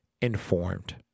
informed